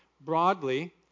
Broadly